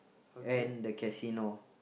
and the casino